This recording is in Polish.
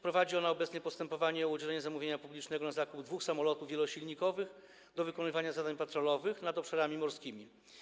Prowadzi ona obecnie postępowanie o udzielenie zamówienia publicznego na zakup dwóch samolotów wielosilnikowych do wykonywania zadań patrolowych nad obszarami morskimi.